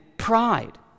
pride